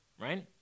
Right